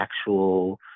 actual